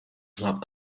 not